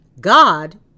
God